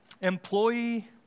Employee